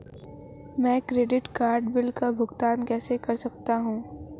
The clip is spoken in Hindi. मैं क्रेडिट कार्ड बिल का भुगतान कैसे कर सकता हूं?